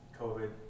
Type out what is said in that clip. COVID